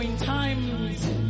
times